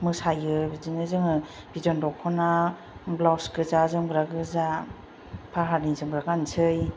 मोसायो बिदिनो जोङो बिद'न दख'ना ब्लाउस गोजा जोमग्रा गोजा पाहारनि जोमग्रा गाननोसै